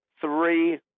three